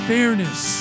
fairness